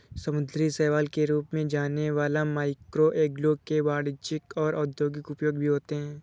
समुद्री शैवाल के रूप में जाने वाला मैक्रोएल्गे के वाणिज्यिक और औद्योगिक उपयोग भी होते हैं